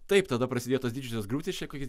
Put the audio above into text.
taip tada prasidėjo tos didžiosios grūstys čia kokiais